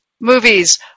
movies